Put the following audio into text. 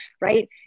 right